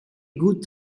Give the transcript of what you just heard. good